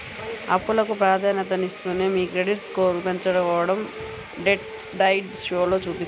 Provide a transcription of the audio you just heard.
అప్పులకు ప్రాధాన్యతనిస్తూనే మీ క్రెడిట్ స్కోర్ను పెంచుకోడం డెట్ డైట్ షోలో చూపిత్తారు